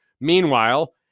Meanwhile